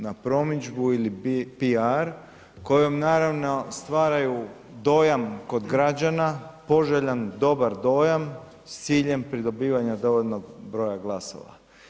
Na promidžbu ili PR kojom naravno stvaraju dojam kod građana, poželjan, dobar dojam s ciljem pridobivanja dovoljnog broja glasova.